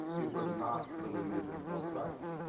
it was not the religion of christ.